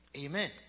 amen